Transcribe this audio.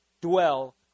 Dwell